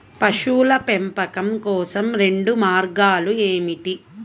పశువుల పెంపకం కోసం రెండు మార్గాలు ఏమిటీ?